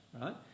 right